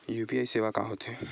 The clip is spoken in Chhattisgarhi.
यू.पी.आई सेवा का होथे?